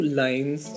lines